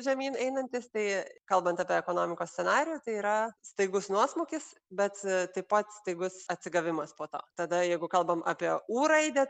žemyn einantis tai kalbant apie ekonomikos scenarijų tai yra staigus nuosmukis bet taip pat staigus atsigavimas po to tada jeigu kalbam apie u raidę